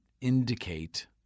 indicate